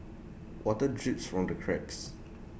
water drips from the cracks